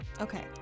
Okay